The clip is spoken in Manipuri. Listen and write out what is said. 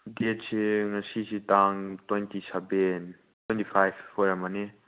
ꯗꯦꯠꯁꯦ ꯉꯁꯤꯁꯦ ꯇꯥꯡ ꯇ꯭ꯋꯦꯟꯇꯤ ꯁꯦꯚꯦꯟ ꯇ꯭ꯋꯦꯟꯇꯤ ꯐꯥꯏꯚ ꯑꯣꯏꯔꯝꯃꯅꯤ